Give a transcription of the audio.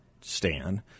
Stan –